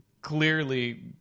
clearly